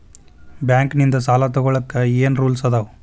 Bank ನಿಂದ್ ಸಾಲ ತೊಗೋಳಕ್ಕೆ ಏನ್ ರೂಲ್ಸ್ ಅದಾವ?